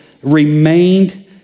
remained